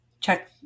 check